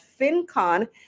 FinCon